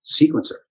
sequencer